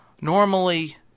Normally